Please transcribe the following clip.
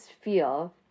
feel